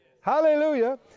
Hallelujah